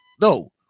No